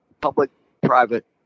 public-private